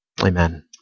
Amen